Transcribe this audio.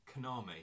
Konami